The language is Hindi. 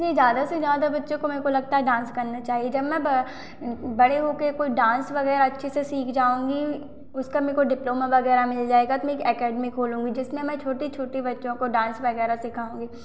ज्यादा से ज्यादा बच्चों को मेरे को लगता है डांस करना चाहिए जब मैं ब बड़े हो कर डांस वगैरह अच्छे से सीख जाऊँगी उसका मेरे को डिप्लोमा वगैरह मिल जाएगा तो मैं एक एकेडमी खोलूँगी जिसमें मैं छोटे छोटे बच्चों को डांस वगैरह सिखाऊँगी